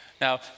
Now